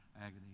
agony